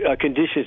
conditions